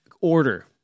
order